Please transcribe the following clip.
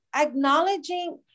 acknowledging